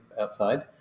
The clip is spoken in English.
outside